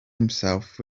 himself